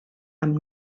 amb